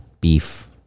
beef